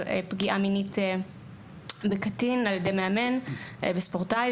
של פגיעה מינית בקטין על ידי מאמן וספורטאי.